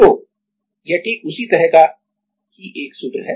तो यह ठीक उसी तरह का एक ही सूत्र है